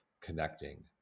connecting